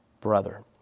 brother